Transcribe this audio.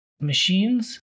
Machines